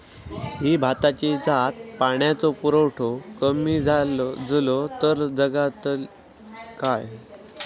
ही भाताची जात पाण्याचो पुरवठो कमी जलो तर जगतली काय?